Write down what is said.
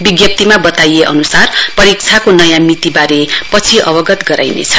विज्ञप्तिमा बताइए अनुसार परीक्षाको नयाँ मितिबारे पछि अवगत गराइनेछ